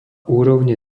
úrovne